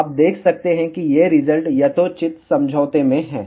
आप देख सकते हैं कि ये रिजल्ट यथोचित समझौते में हैं